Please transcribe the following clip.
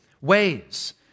ways